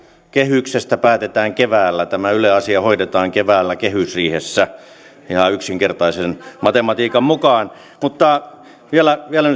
kehyksestä päätetään keväällä tämä yle asia hoidetaan keväällä kehysriihessä ja yksinkertaisen matematiikan mukaan mutta vielä vielä